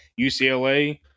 UCLA